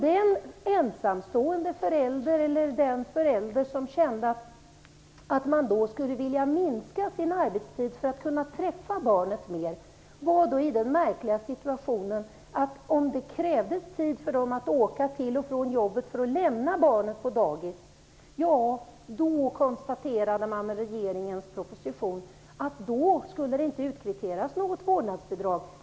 Den förälder som ville minska sin arbetstid för att kunna träffa barnet mer hamnade i en märklig situation. Om det krävdes tid för föräldrarna att lämna och hämta barnet på dagis konstaterades det med regeringens proposition att det inte skulle utkvitteras något vårdnadsbidrag.